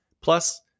Plus